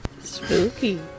Spooky